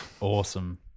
Awesome